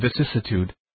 vicissitude